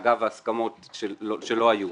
אגב ההסכמות שלא היו.